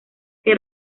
que